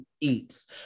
eats